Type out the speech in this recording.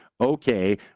okay